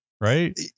right